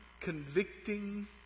convicting